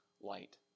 light